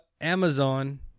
Amazon